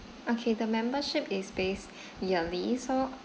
okay the membership is based yearly so